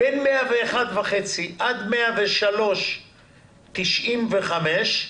בין 101.5% עד 103.95%,